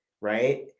right